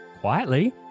Quietly